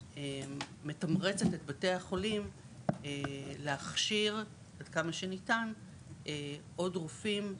מתמרצת את בתי החולים להכשיר עד כמה שניתן עוד רופאים,